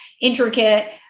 intricate